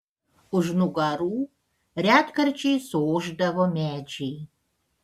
už nugarų retkarčiais suošdavo medžiai